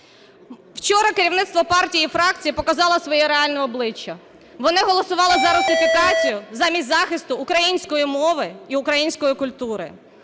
Вчора керівництво партії і фракції показало своє реальне обличчя. Вони голосували за русифікацію, замість захисту української мови і української культури.